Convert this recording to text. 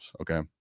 Okay